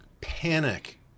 panic